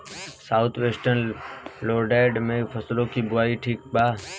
South western lowland में फसलों की बुवाई ठीक बा?